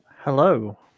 Hello